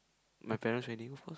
my parents wedding